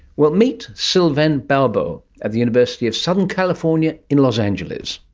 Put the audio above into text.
well, meet sylvain barbot at the university of southern california in los angeles.